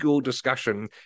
discussion